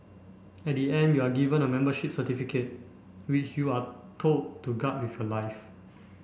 at the end you are given a membership certificate which you are told to guard with your life